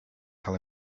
tell